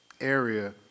area